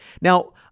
Now